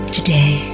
Today